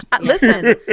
listen